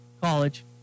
College